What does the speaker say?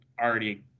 already